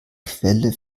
quelle